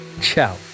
Ciao